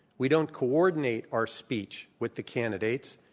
we don't coordinate our speech with the candidates.